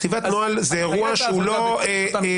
כתיבת נוהל זה אירוע שהוא לא בשוטף.